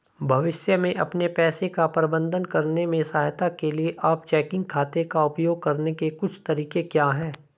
भविष्य में अपने पैसे का प्रबंधन करने में सहायता के लिए आप चेकिंग खाते का उपयोग करने के कुछ तरीके क्या हैं?